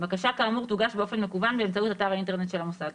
בקשה כאמור תוגש באופן מקוון באמצעות אתר האינטרנט של המוסד.